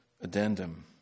Addendum